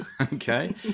Okay